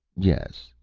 yes.